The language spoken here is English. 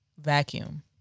Vacuum